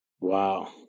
wow